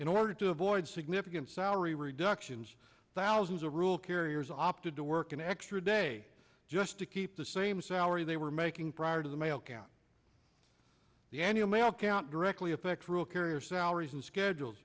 in order to avoid significant salary reductions thousands of rule carriers opted to work an extra day just to keep the same salary they were making prior to the mail count the annual mail count directly affects real carrier salaries and schedule